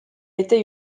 était